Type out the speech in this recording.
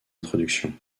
introduction